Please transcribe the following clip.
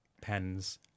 pens